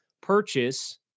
purchase